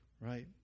right